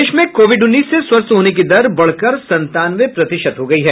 प्रदेश में कोविड उन्नीस से स्वस्थ होने की दर बढ़कर संतानवे प्रतिशत हो गयी है